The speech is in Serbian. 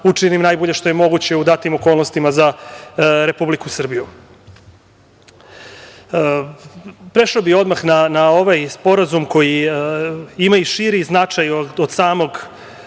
učinim najbolje što je moguće u datim okolnostima za Republiku Srbiju. Prešao bih odmah na ovaj Sporazum koji ima širi značaj od samog